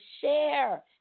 share